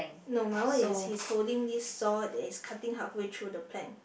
no my one is he's holding this saw that is cutting halfway through the plank